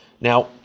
Now